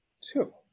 two